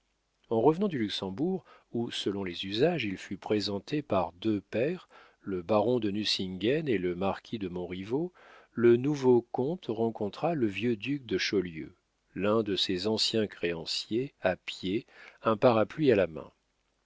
en revenant du luxembourg où selon les usages il fut présenté par deux pairs le baron de nucingen et le marquis de montriveau le nouveau comte rencontra le vieux duc de chaulieu l'un de ses anciens créanciers à pied un parapluie à la main